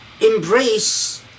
embrace